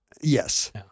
Yes